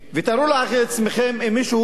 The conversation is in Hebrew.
תארו לעצמכם מישהו,